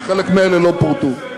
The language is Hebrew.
וחלק מאלה לא פורטו.